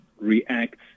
reacts